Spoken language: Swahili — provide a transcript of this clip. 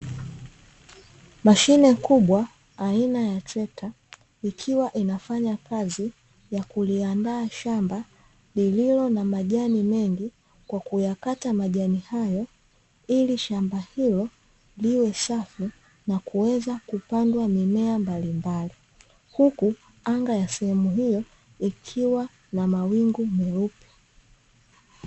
Mashine kubwa aina ya trekta, ikiwa inafanya kazi ya kuliandaa shamba, lililo na majani mengi kwa kuyakata majani hayo, ili shamba hilo liwe safi, na kuweza kupandwa mimea mbalimbali. Huku anga ya sehemu hiyo ikiwa na mawingu meupe.